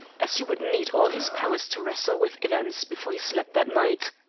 as he would need all his powers to wrestle with events before he slept that night.